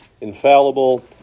infallible